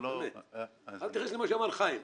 אל תתייחס למה שאמר חיים ילין.